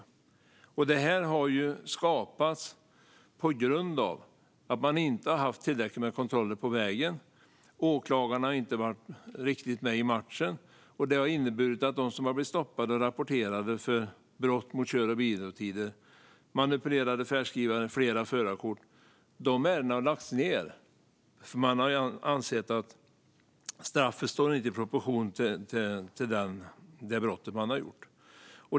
Denna situation har skapats på grund av att man inte har haft tillräckligt med kontroller på vägarna, och åklagarna har inte varit riktigt med i matchen. Det har inneburit att ärenden som gäller förare som har blivit stoppade och rapporterade för brott mot kör och vilotider, manipulerade färdskrivare och flera förarkort har lagts ned eftersom man har ansett att straffet inte har stått i proportion till det brott som har begåtts.